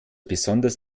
besonders